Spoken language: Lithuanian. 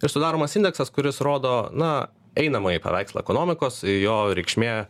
ir sudaromas indeksas kuris rodo na einamąjį paveikslą ekonomikos jo reikšmė